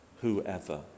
whoever